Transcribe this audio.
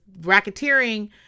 racketeering